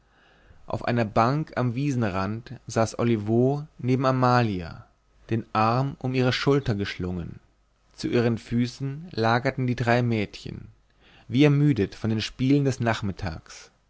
auf einer bank am wiesenrand saß olivo neben amalia den arm um ihre schulter geschlungen ihnen zu füßen lagerten die drei mädchen wie ermüdet von den spielen des nachmittags